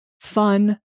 fun